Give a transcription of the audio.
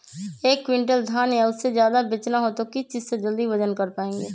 एक क्विंटल धान या उससे ज्यादा बेचना हो तो किस चीज से जल्दी वजन कर पायेंगे?